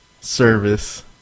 service